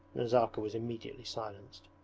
nazarka was immediately silenced.